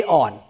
on